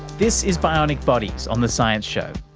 this is bionic bodies on the science show,